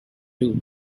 too